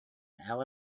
hour